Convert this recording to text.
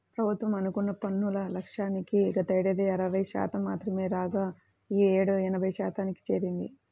ప్రభుత్వం అనుకున్న పన్నుల లక్ష్యానికి గతేడాది అరవై శాతం మాత్రమే రాగా ఈ యేడు ఎనభై శాతానికి చేరింది